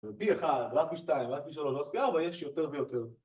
בי אחד, ראס בי שתיים, ראס בי שלוש, ראס בי ארבע, יש יותר ויותר.